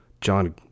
john